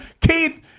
Keith